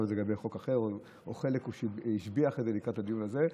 את זה לגבי חוק אחר או שלקח חלק והשביח את זה לקראת הדיון הזה.